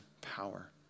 power